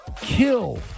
kill